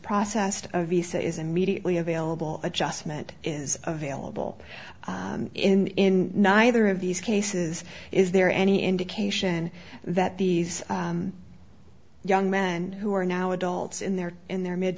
processed a visa is immediately available adjustment is available in neither of these cases is there any indication that these young men who are now adults in their in their mid